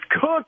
Cook